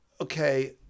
okay